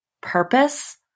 purpose